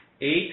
eight